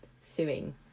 suing